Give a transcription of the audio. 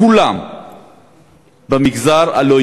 כולם במגזר הלא-יהודי,